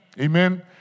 Amen